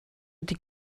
ydy